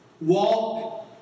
Walk